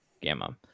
Gamma